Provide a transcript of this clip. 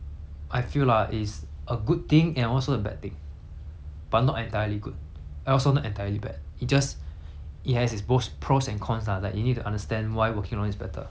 but not entirely good and also not entirely bad it just it has it's both pros and cons lah like you need to understand why working alone is better but that's my opinion lor